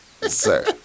Sir